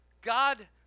God